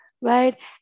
right